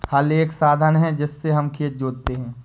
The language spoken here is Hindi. हल एक साधन है जिससे हम खेत जोतते है